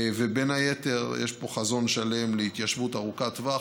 ובין היתר יש פה חזון שלם להתיישבות ארוכת טווח,